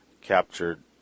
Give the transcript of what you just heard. captured